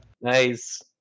Nice